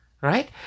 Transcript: right